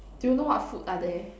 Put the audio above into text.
do you know what food are there